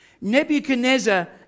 Nebuchadnezzar